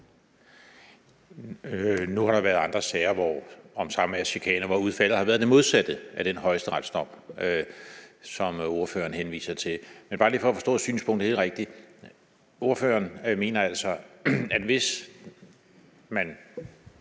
Nu har der været andre sager om samværschikane, hvor udfaldet har været det modsatte af den højesteretsdom, som ordføreren henviser til. Bare lige for at forstå synspunktet helt rigtigt: Ordføreren mener altså, at hvis man